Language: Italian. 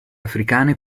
africane